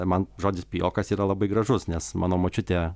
man žodis pijokas yra labai gražus nes mano močiutė